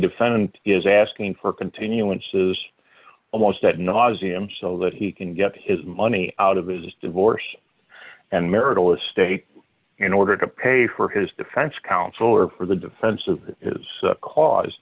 defendant is asking for continuances almost at nauseum so that he can get his money out of his divorce and marital estate in order to pay for his defense counsel or for the defense of his